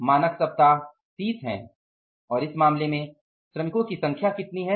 मानक सप्ताह 30 हैं और इस मामले में श्रमिकों की संख्या कितनी है